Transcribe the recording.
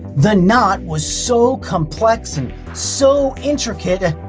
the knot was so complex and so intricate,